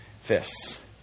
fists